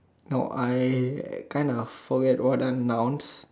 no I kind of forget what are nouns